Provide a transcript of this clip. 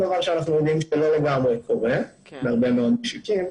דבר שאנחנו יודעים שלא לגמרי קורה בהרבה מאוד משקים.